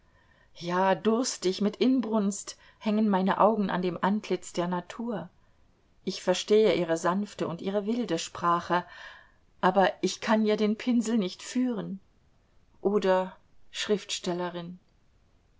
ja durstig mit inbrunst hängen meine augen an dem antlitz der natur ich verstehe ihre sanfte und ihre wilde sprache aber ich kann ja den pinsel nicht führen oder schriftstellerin